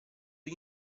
gli